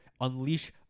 unleash